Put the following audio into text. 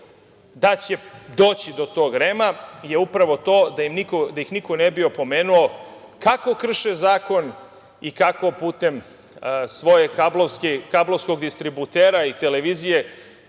da će doći do tog REM-a je upravo to da ih niko ne bi opomenuo kako krše zakon i kako putem svoje kablovskog distributera i televizije